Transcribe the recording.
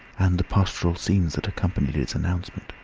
and the pastoral scenes that accompanied its announcement.